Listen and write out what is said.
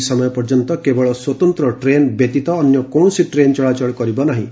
ଏହି ସମୟ ପର୍ଯ୍ୟନ୍ତ କେବଳ ସ୍ୱତନ୍ତ୍ର ଟ୍ରେନ୍ ବ୍ୟତୀତ ଅନ୍ୟ କୌଶସି ଟ୍ରେନ୍ ଚଳାଚଳ କରିବ ନାହିଁ